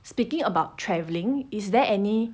speaking about traveling is there any